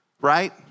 right